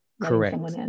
correct